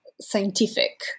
scientific